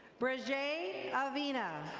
brigay alvina.